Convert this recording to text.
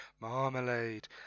Marmalade